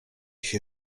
się